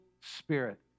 spirit